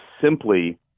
simply